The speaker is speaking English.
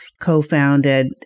co-founded